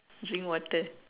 drink water